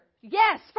Yes